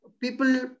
people